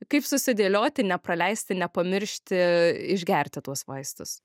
kaip susidėlioti nepraleisti nepamiršti išgerti tuos vaistus